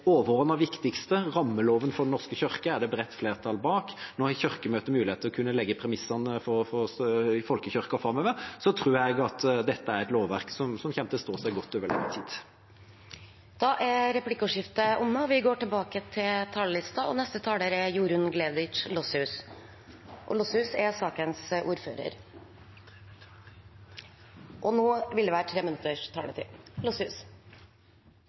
viktigste, rammeloven for Den norske kirke, er det et bredt flertall bak. Når Kirkemøtet har mulighet til å legge premissene for folkekirken framover, tror jeg dette er et lovverk som kommer til å stå seg godt over lang tid. Replikkordskiftet er omme. De talere som heretter får ordet, har en taletid på inntil 3 minutter. Vi i Kristelig Folkeparti er glade for at vi nå